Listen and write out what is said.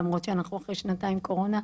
למרות שאנחנו אחרי שנתיים של קורונה,